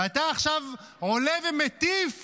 ואתה עכשיו עולה ומטיף